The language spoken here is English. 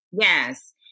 Yes